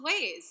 ways